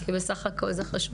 גם ברכת הצלחה לך וגם